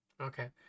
Okay